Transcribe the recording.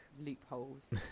loopholes